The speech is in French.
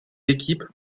équipes